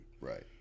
Right